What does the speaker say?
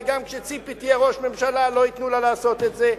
וגם כשציפי תהיה ראש הממשלה לא ייתנו לה לעשות את זה.